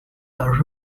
are